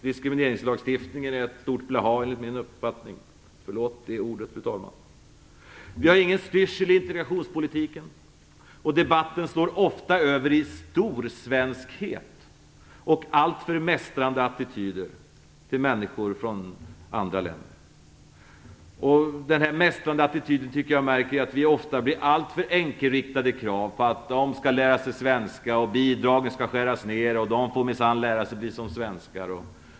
Diskrimineringslagstiftningen är enligt min uppfattning ett stort blaha - förlåt att jag använder det ordet, fru talman. Vi har ingen styrsel i integrationspolitiken, och debatten slår ofta över i storsvenskhet och alltför mästrande attityder i förhållande till människor från andra länder. Jag tycker att man märker av den här mästrande attityden på så vis att vi ofta kommer med alltför enkelriktade krav på att "de skall lära sig svenska", "bidragen skall skäras ner" och att "de får minsann lära sig, precis som svenskar".